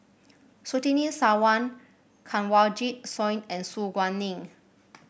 Surtini Sarwan Kanwaljit Soin and Su Guaning